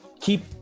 keep